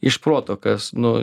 iš proto kas nu